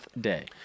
day